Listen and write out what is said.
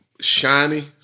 shiny